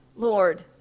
Lord